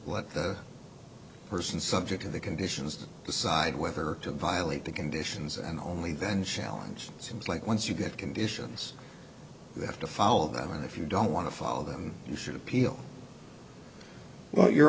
let the person subject to the conditions to decide whether to violate the conditions and only then challenge seems like once you get conditions you have to follow them and if you don't want to follow them you should appeal well you